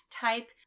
type